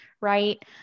right